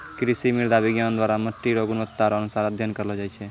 कृषि मृदा विज्ञान द्वरा मट्टी रो गुणवत्ता रो अनुसार अध्ययन करलो जाय छै